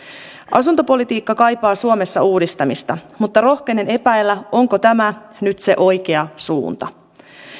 asuntopolitiikka kaipaa suomessa uudistamista mutta rohkenen epäillä onko tämä nyt se oikea suunta